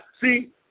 See